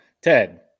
Ted